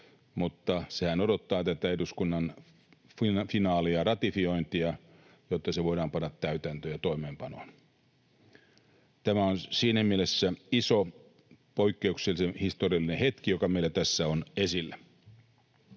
mutta sehän odottaa tätä eduskunnan finaaliratifiointia, jotta se voidaan panna täytäntöön ja toimeenpanoon. Tämä on siinä mielessä iso, poikkeuksellisen historiallinen hetki, joka meillä tässä on esillä.